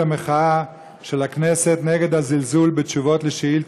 מחאת הכנסת נגד הזלזול בתשובות על שאילתות,